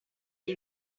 gli